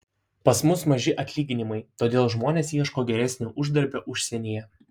pas mus maži atlyginimai todėl žmonės ieško geresnio uždarbio užsienyje